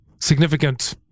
significant